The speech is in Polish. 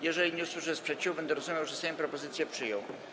Jeżeli nie usłyszę sprzeciwu, będę rozumiał, że Sejm propozycję przyjął.